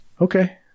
Okay